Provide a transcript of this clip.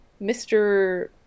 Mr